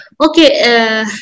Okay